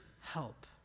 help